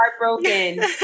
heartbroken